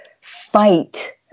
fight